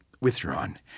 Withdrawn